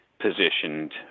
positioned